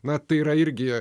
na tai yra irgi